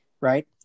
right